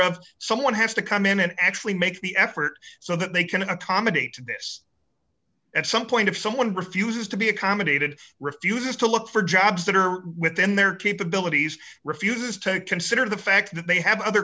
of someone has to come in and actually make the effort so that they can accommodate this at some point if someone refuses to be accommodated refuses to look for jobs that are within their capabilities refuses to consider the fact that they have other